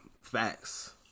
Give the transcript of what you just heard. Facts